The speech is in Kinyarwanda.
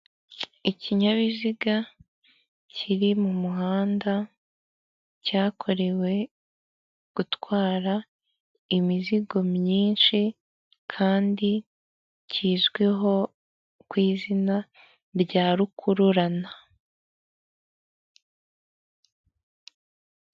Ikinyabiziga kiri mu muhanda, cyakorewe gutwara imizigo myinshi, kandi kizwiho ku izina rya Rukururana.